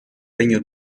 regno